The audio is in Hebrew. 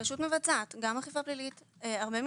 הרשות מבצעת גם אכיפה פלילית, הרבה מינהלי,